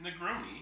Negroni